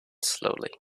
slowly